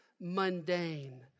mundane